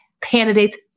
candidates